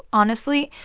honestly,